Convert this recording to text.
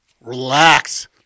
Relax